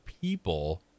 people